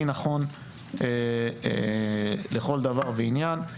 אני נכון לכל דבר ועניין.